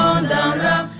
and